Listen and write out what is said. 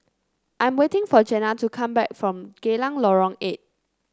I'm waiting for Jenna to come back from Geylang Lorong Eight